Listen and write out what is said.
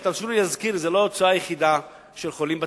אבל תרשו לי להזכיר לכם שזאת לא ההוצאה היחידה של חולים בבתי-חולים.